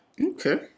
Okay